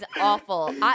awful